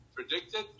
predicted